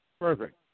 perfect